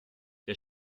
der